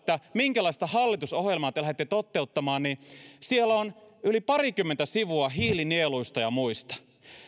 minkälaista hallitusohjelmaa te lähdette toteuttamaan niin siellä on yli parikymmentä sivua hiilinieluista ja muista